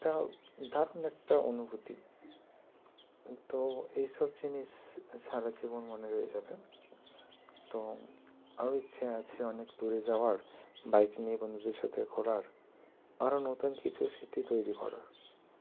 ওটাও দারুণ একটা অনুভূতি তো এইসব জিনিস সারা জীবন মনে রয়ে যাবে তো আরও ইচ্ছে আছে অনেক ট্যুরে যাওয়ার বাইক নিয়ে বন্ধুদের সাথে ঘোরার আরও নতুন কিছু স্মৃতি তৈরি করার